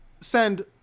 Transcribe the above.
send